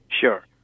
Sure